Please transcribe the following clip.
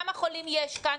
כמה חולים יש כאן,